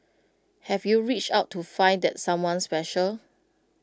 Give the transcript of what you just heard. have you reached out to find that someone special